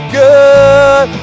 good